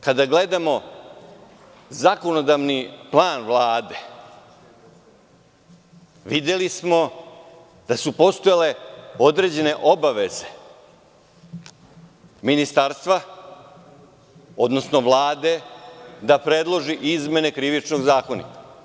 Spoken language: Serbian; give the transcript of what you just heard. Kada gledamo zakonodavni plan Vlade, videli smo da su postojale određene obaveze ministarstva, odnosno Vlade, da predloži izmene Krivičnog zakonika.